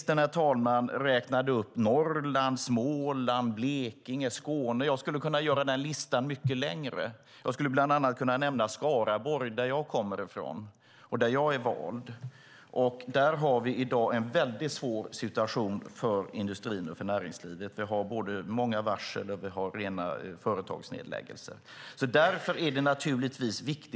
Näringsministern räknade upp Norrland, Småland, Blekinge och Skåne. Jag skulle kunna göra listan mycket längre. Jag skulle kunna nämna bland annat Skaraborg som jag kommer från och där jag är vald. Där har vi i dag en väldigt svår situation för industrin och näringslivet. Vi har många varsel och rena företagsnedläggelser.